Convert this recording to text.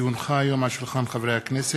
כי הונחה היום על שולחן הכנסת,